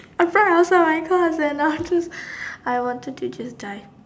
in front of all my cousin and I just I wanted to just die